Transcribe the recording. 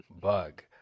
Bug